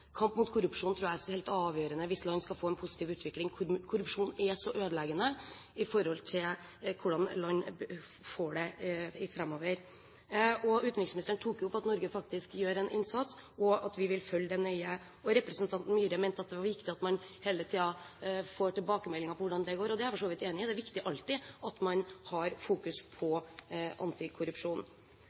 er helt avgjørende hvis man skal få en positiv utvikling, fordi korrupsjon er så ødeleggende med hensyn til hvordan et land får det framover. Utenriksministeren tok opp at Norge faktisk gjør en innsats, og at vi vil følge den nøye. Representanten Myhre mente at det var viktig at man hele tiden får tilbakemeldinger på hvordan det går, og det er jeg for så vidt enig i. Det er alltid viktig at man har fokus på